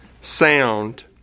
Sound